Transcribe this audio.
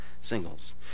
singles